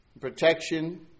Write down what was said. Protection